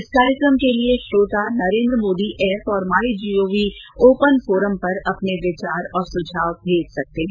इस कार्यक्रम के लिए श्रोता नरेन्द्र मोदी ऐप और my G O V open forum पर अपने विचार और सुझाव भेज सकते हैं